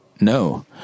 No